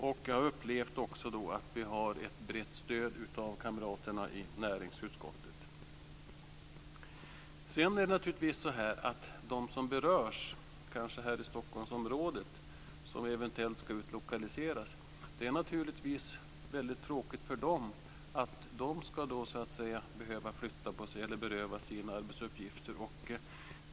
Vi har också upplevt att vi har ett brett stöd av kamraterna i näringsutskottet. Sedan är det naturligtvis tråkigt för dem som berörs, kanske här i Stockholmsområdet, av utlokaliseringen att behöva flytta på sig och berövas sina arbetsuppgifter.